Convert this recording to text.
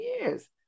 years